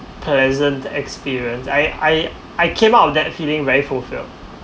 pleasant experience I I I came out of that feeling very fulfilled